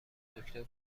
دکتر